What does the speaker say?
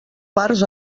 parts